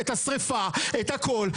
ואת הכול,